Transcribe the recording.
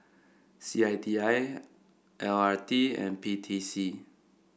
C I T I L R T and P T C